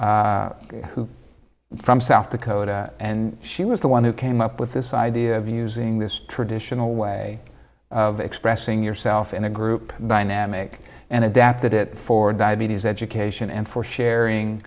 who from south dakota and she was the one who came up with this idea of using this traditional way of expressing yourself in a group dynamic and adapted it for diabetes education and for sharing